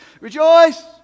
Rejoice